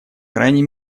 крайней